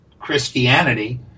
Christianity